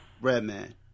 Redman